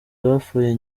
bapfuye